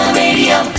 radio